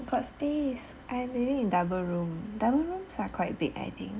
got space I living in double room double rooms are quite big I think